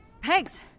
Pegs